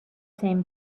same